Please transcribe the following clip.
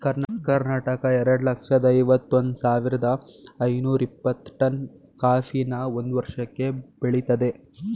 ಕರ್ನಾಟಕ ಎರಡ್ ಲಕ್ಷ್ದ ಐವತ್ ಒಂದ್ ಸಾವಿರ್ದ ಐನೂರ ಇಪ್ಪತ್ತು ಟನ್ ಕಾಫಿನ ಒಂದ್ ವರ್ಷಕ್ಕೆ ಬೆಳಿತದೆ